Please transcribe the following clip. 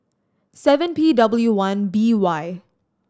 seven P W one B Y